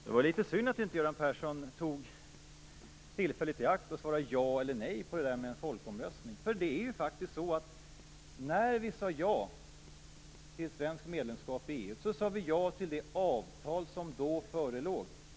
Fru talman! Det var litet synd att Göran Persson inte tog tillfället i akt och svarade ja eller nej på frågan om en folkomröstning. När vi sade ja till ett svenskt medlemskap i EU sade vi faktiskt också ja till det avtal som då förelåg.